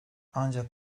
ancak